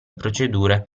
procedure